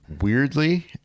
weirdly